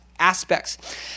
aspects